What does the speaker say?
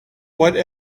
what